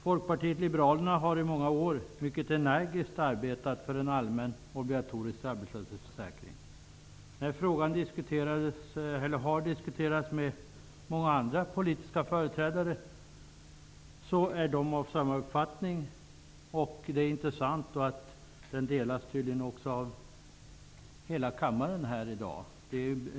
Folkpartiet liberalerna har under många år mycket energiskt arbetat för en allmän obligatorisk arbetslöshetsförsäkring. Frågan har diskuterats med många andra politiska företrädare som är av samma uppfattning. Det är intressant att denna uppfattning i dag tydligen delas av hela kammaren. Herr talman!